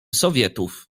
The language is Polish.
sowietów